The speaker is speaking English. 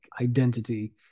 identity